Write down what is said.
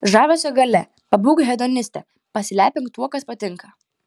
žavesio galia pabūk hedoniste pasilepink tuo kas patinka